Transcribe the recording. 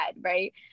right